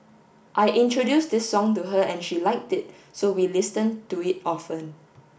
I introduced this song to her and she liked it so we listen to it often